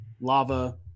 lava